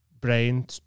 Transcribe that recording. brain